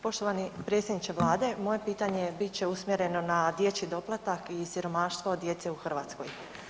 Poštovani predsjedniče Vlade, moje pitanje bit će usmjereno na dječji doplatak i siromaštvo djece u Hrvatskoj.